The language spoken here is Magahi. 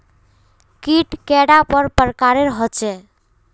कीट कैडा पर प्रकारेर होचे?